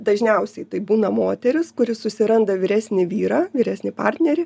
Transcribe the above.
dažniausiai tai būna moteris kuri susiranda vyresnį vyrą vyresnį partnerį